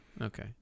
Okay